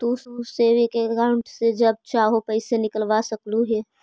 तू saving account से जब चाहो पैसे निकलवा सकलू हे